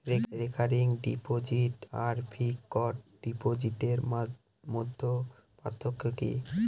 Recurring deposit আর fixed ডিপোজিটের মধ্যে পার্থক্য কি?